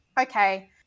okay